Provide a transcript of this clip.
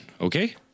Okay